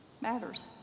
matters